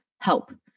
help